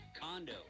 Condo